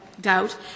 doubt